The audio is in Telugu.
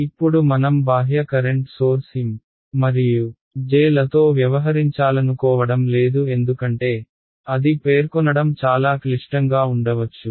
ఇప్పుడు మనం బాహ్య కరెంట్ సోర్స్ M మరియు J లతో వ్యవహరించాలనుకోవడం లేదు ఎందుకంటే అది పేర్కొనడం చాలా క్లిష్టంగా ఉండవచ్చు